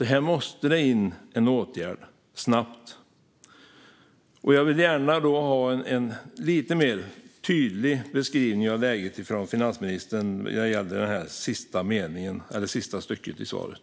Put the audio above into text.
Här måste en åtgärd till snabbt. Jag vill gärna ha en tydligare beskrivning av läget av finansministern vad gäller det sista stycket i svaret.